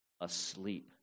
asleep